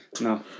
No